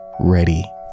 ready